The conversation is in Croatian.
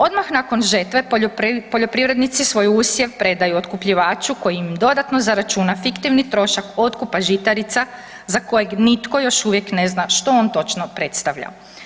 Odmah nakon žetve poljoprivrednici svoj usjev predaju otkupljivaču koji im dodatno zaračuna fiktivni trošak otkupa žitarica za kojeg nitko još uvijek ne zna što on točno predstavlja.